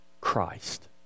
Christ